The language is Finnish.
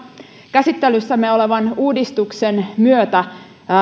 käsittelyssämme olevan uudistuksen myötä